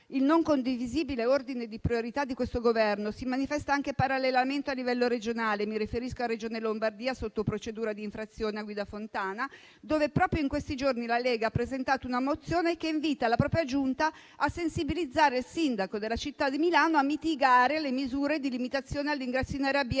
Il non condivisibile ordine di priorità di questo Governo si manifesta anche parallelamente a livello regionale: mi riferisco alla Regione Lombardia, sotto procedura di infrazione, a guida Fontana, dove proprio in questi giorni la Lega ha presentato una mozione che invita la propria Giunta a sensibilizzare il sindaco della città di Milano a mitigare le misure di limitazione all'ingresso in area B